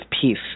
Peace